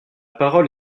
parole